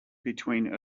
between